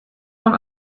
von